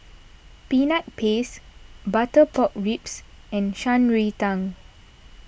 Peanut Paste Butter Pork Ribs and Shan Rui Tang